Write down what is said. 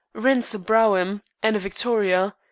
rents a brougham and a victoria,